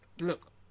look